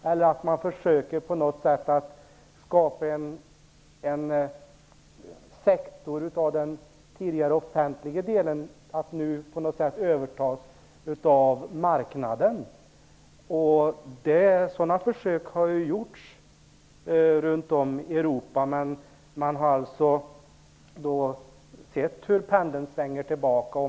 Eller också är det så att man försöker skapa en sektor där den delen som tidigare har varit offentlig skall övertas av marknaden. Sådana försök har gjorts runt om i Europa. Man har emellertid kunnat se att pendeln svänger tillbaka.